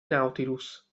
nautilus